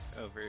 over